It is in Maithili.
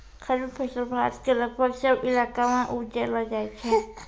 खरीफ फसल भारत के लगभग सब इलाका मॅ उपजैलो जाय छै